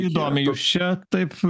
įdomiai jūs čia taip